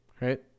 Right